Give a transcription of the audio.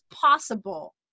possible